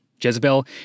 Jezebel